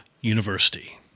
University